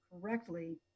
correctly